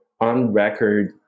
on-record